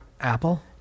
Apple